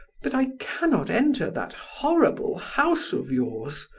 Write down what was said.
but i cannot enter that horrible house of yours!